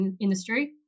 industry